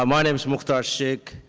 um my name is muktar shake,